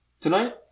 tonight